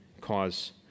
cause